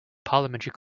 parliamentary